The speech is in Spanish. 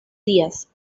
días